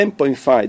$10.5